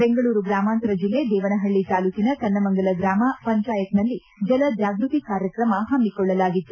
ಬೆಂಗಳೂರು ಗ್ರಾಮಾಂತರ ಜಿಲ್ಲೆ ದೇವನಹಳ್ಳಿ ತಾಲ್ಲೂಕಿನ ಕನ್ನಮಂಗಲ ಗ್ರಾಮ ಪಂಚಾಯತ್ನಲ್ಲಿ ಜಲ ಜಾಗೃತಿ ಕಾರ್ಯಕ್ರಮ ಹಮ್ಮಿಕೊಳ್ಳಲಾಗಿತ್ತು